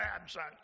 absent